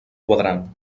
quadrant